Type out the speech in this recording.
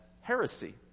heresy